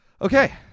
Okay